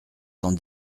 cent